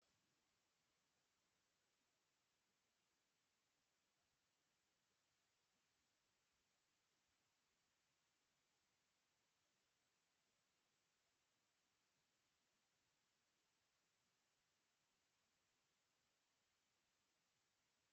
Hii ni mfumo wa hydroponics